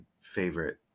favorite